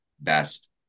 best